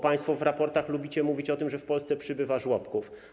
Państwo w raportach lubicie mówić o tym, że w Polsce przybywa żłobków.